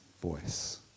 voice